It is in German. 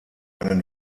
einen